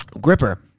Gripper